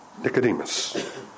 Nicodemus